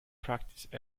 practised